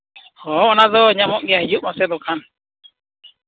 ᱦᱮᱸ ᱚᱱᱟᱫᱚ ᱧᱟᱢᱚᱜ ᱜᱮᱭᱟ ᱦᱤᱡᱩᱜ ᱢᱮᱥᱮ ᱫᱚᱠᱟᱱ